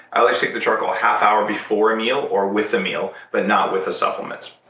i like to take the charcoal a half hour before a meal, or with a meal, but not with a supplement.